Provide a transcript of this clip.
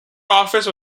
office